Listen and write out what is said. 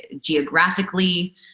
geographically